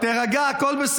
לא מתחכם, תירגע, הכול בסדר.